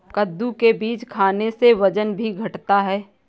कद्दू के बीज खाने से वजन भी घटता है